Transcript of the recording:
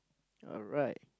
alright